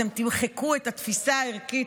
אתם תמחקו את התפיסה הערכית,